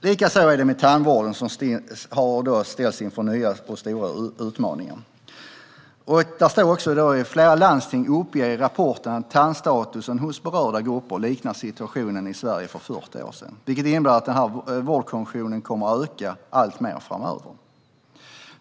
Likadant är det med tandvården, som ställs inför nya och stora utmaningar. Flera landsting uppger i rapporten att tandstatusen hos berörda grupper liknar situationen i Sverige för 40 år sedan. Det innebär att vårdkonsumtionen kommer att öka alltmer framöver.